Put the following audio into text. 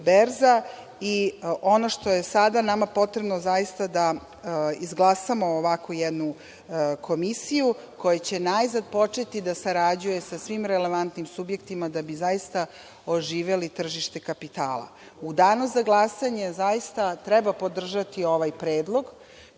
i ono što je sada nama potrebno zaista da izglasamo ovako jednu komisiju koja će najzad početi da sarađuje sa svim relevantnim subjektima da bi zaista oživeli tržište kapitala.U danu za glasanje treba podržati ovaj predlog